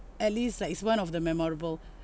at least like it's one of the memorable